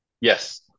yes